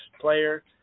player